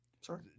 Sorry